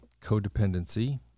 codependency